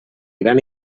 gran